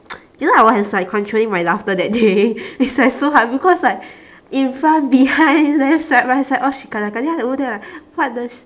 you know I was like controlling my laughter that day it's like so hard because like in front behind left side right side all then I over there like what the shit